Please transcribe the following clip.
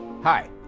Hi